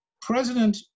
President